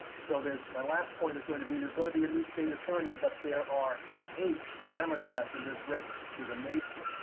so, my last point is going to be, there's going to be a new state attorney, but there are eight democrats in this race, which is amazing,